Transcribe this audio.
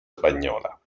spagnola